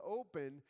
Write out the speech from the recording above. open